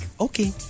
okay